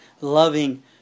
loving